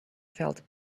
felt